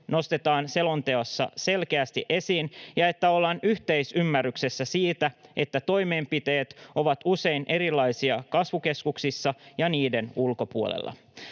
nostetaan selonteossa selkeästi esiin ja että ollaan yhteisymmärryksessä siitä, että toimenpiteet ovat usein erilaisia kasvukeskuksissa ja niiden ulkopuolella.